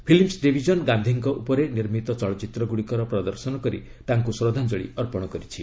films division ଗାନ୍ଧିଙ୍କ ଉପରେ ନିର୍ମିତ ଚଳଚ୍ଚିତ୍ର ଗୁଡ଼ିକର ପ୍ରଦର୍ଶନ କରି ତାଙ୍କୁ ଶ୍ରଦ୍ଧାଞ୍ଚଳି ଅର୍ପଣ କରିଛି